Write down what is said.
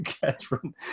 Catherine